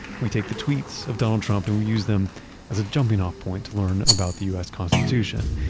we take the tweets of donald trump and we use them as a jumping-off point to learn about the u s. constitution.